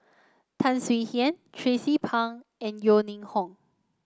Tan Swie Hian Tracie Pang and Yeo Ning Hong